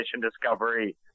discovery